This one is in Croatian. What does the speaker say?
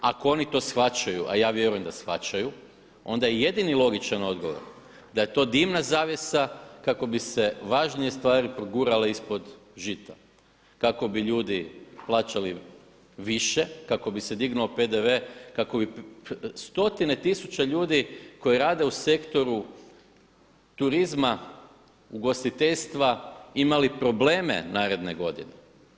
Ako oni to shvaćaju, a ja vjerujem da shvaćaju onda je jedini logičan odgovor da je to dimna zavjesa kako bi se važnije stvari progurale ispod žita kako bi ljudi plaćali više, kako bi se dignuo PDV, kako bi stotine tisuća ljudi koji rade u sektoru turizma, ugostiteljstva imali probleme naredne godine.